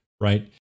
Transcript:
right